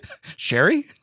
Sherry